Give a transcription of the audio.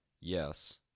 yes